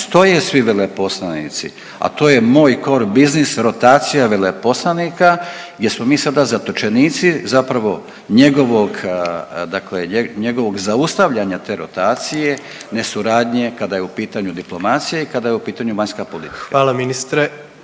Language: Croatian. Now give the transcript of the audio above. stoje svi veleposlanici, a to je moj core bussines, rotacija veleposlanika gdje smo mi sada zatočenici zapravo njegovog dakle, njegovog zaustavljanja te rotacije, nesuradnje kada je u pitanju diplomacija i kada je u pitanju vanjska politika. **Jandroković,